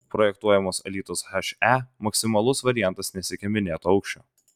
projektuojamos alytaus he maksimalus variantas nesiekia minėto aukščio